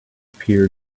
peer